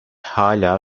hâlâ